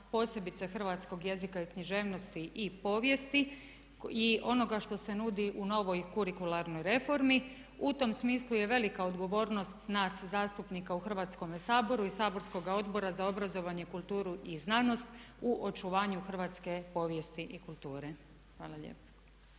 posebice hrvatskog jezika i književnosti i povijesti i onoga što se nudi u novoj kurikularnoj reformi. U tom smislu je velika odgovornost nas zastupnika u Hrvatskome saboru i saborskoga Odbora za obrazovanje, kulturu i znanost u očuvanje hrvatske povijesti i kulture. Hvala lijepa.